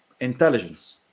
intelligence